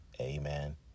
Amen